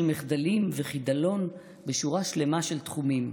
מחדלים וחידלון בשורה שלמה של תחומים.